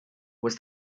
was